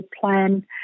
plan